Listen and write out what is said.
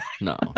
No